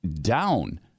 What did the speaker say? down